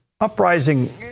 uprising